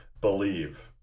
believe